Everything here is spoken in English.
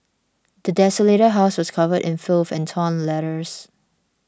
the desolated house was covered in filth and torn letters